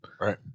Right